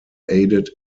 aided